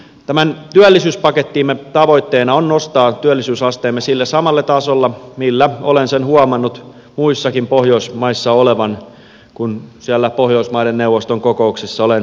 tämän työllisyyspakettimme tavoitteena on nostaa työllisyysasteemme sille samalle tasolle millä olen sen huomannut muissakin pohjoismaissa olevan kun siellä pohjoismaiden neuvoston kokouksissa olen vieraillut